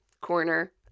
corner